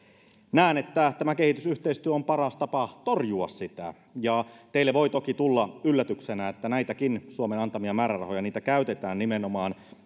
näen että tämä kehitysyhteistyö on paras tapa torjua sitä teille voi toki tulla yllätyksenä että näitäkin suomen antamia määrärahoja käytetään nimenomaan